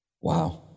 Wow